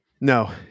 no